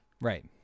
right